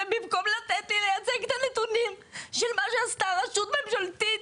ובמקום לתת לי להציג את הנתונים של מה שעשתה רשות ממשלתית,